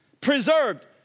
preserved